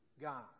God